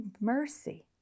mercy